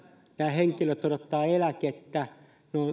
nämä henkilöt odottavat eläkettä he